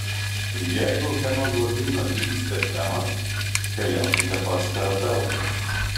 jeigu hemoglobino lygis per žemas keliaukite pas terapeutą